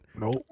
Nope